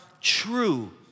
true